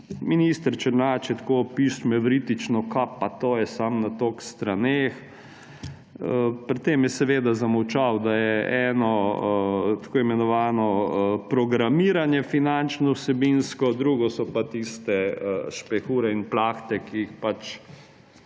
Minister Černač je tako pišmevritično, da kaj pa to je samo na toliko straneh. Pri tem je seveda zamolčal, da je eno tako imenovano programiranje finančno, vsebinsko, drugo so pa tiste špehure in plahte, ki jih pač